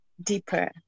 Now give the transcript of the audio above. deeper